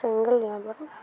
செங்கல் வியாபாரம்